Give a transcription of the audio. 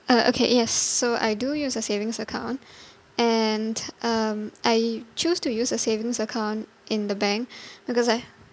uh okay yes so I do use a savings account and um I choose to use a savings account in the bank because I